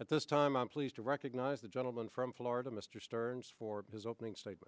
at this time i'm pleased to recognize the gentleman from florida mr stearns for his opening s